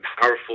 powerful